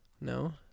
no